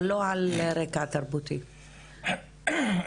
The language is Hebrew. אבל לא על רקע תרבותי כנראה.